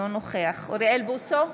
אינו נוכח אוריאל בוסו,